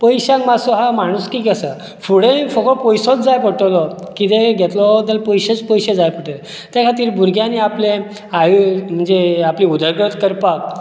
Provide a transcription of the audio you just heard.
पयश्यांक मातसो हा माणुसकीक आसा फुडें सगळो पयसोच जाय पडटलो कितेंय घेतलो पयशेच पयशे जाय पडटले भुरग्यांनी आपलें आयूश्य म्हणजे आपली उदरगत करपाक